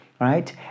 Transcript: right